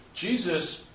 Jesus